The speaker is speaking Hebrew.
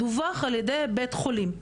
זה דווח על ידי בית חולים.